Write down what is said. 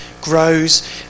grows